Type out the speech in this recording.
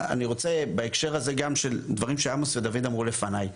אני רוצה בהקשר הזה גם של הדברים שעמוס ודוד אמרו לפניי.